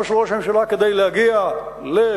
של ראש הממשלה כדי להגיע לפתרון,